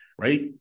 right